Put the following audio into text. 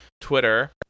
Twitter